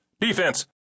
Defense